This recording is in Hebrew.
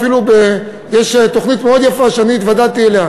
אפילו יש תוכנית מאוד יפה שאני התוודעתי אליה,